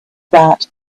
that